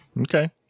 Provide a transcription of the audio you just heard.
Okay